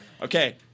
Okay